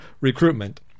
recruitment